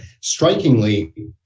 strikingly